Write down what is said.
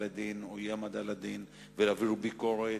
לדין או אי-העמדה לדין ולהעביר ביקורת,